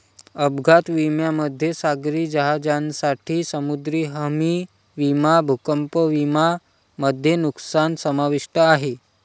अपघात विम्यामध्ये सागरी जहाजांसाठी समुद्री हमी विमा भूकंप विमा मध्ये नुकसान समाविष्ट आहे